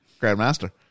Grandmaster